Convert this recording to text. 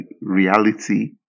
reality